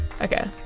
Okay